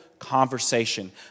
Conversation